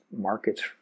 markets